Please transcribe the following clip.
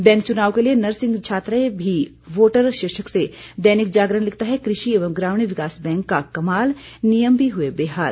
bank चुनाव के लिये नर्सिंग छात्राएं भी वोटर शीर्षक से दैनिक जागरण लिखता है कृषि एवं ग्रामीण विकास बैंक का कमाल नियम भी हुए बेहाल